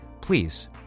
please